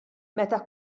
meta